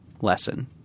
lesson